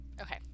okay